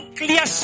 clear